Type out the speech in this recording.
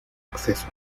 acceso